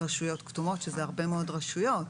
ברשויות כתומות ואלה הרבה מאוד רשויות.